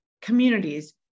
communities